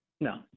No